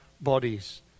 bodies